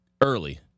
early